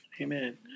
Amen